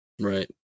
right